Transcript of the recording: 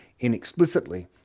inexplicitly